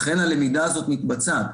לכן הלמידה הזאת מתבצעת.